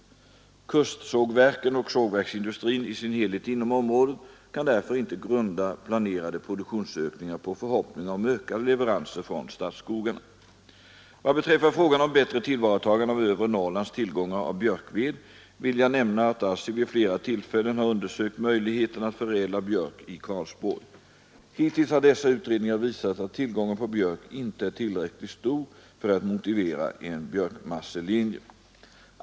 Kustsågverken och sågverksindustrin i sin helhet inom området kan därför inte grunda planerade produktionsökningar på förhoppningar om ökade leveranser från statsskogarna. Vad beträffar frågan om bättre tillvaratagande av övre Norrlands tillgångar av björkved vill jag nämna att ASSI vid flera tillfällen har undersökt möjligheterna att förädla björk i Karlsborg. Hittills har dessa utredningar visat att tillgången på björk inte är tillräckligt stor för att motivera en björkmasselinje.